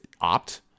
opt